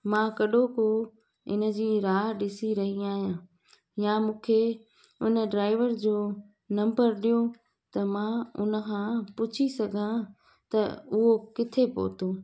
मां कॾोंहोंको हिनजी राह ॾिसी रही आहियां या मूंखे उन ड्राईवर जो नम्बर ॾियो त मां उनखां पुछी सघां त उहो किथे पहुतो